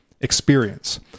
experience